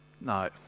No